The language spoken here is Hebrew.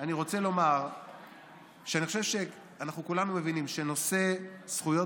אני רוצה לומר שאני חושב שאנחנו כולנו מבינים שנושא זכויות